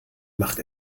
macht